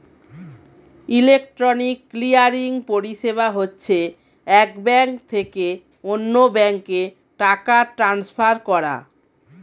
electronic clearing পরিষেবা হচ্ছে এক ব্যাঙ্ক থেকে অন্য ব্যাঙ্কে টাকা ট্রান্সফার করা